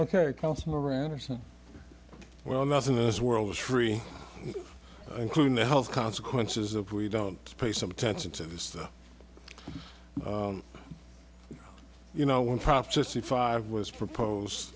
ok well not in this world is free including the health consequences of we don't pay some attention to this you know when prophecy five was propose